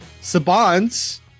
Saban's